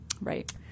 Right